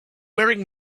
wearing